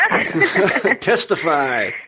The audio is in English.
testify